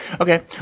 Okay